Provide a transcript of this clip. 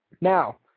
Now